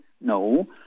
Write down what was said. No